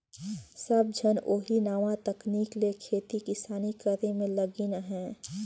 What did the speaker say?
सब झन ओही नावा तकनीक ले खेती किसानी करे में लगिन अहें